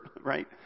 right